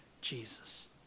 Jesus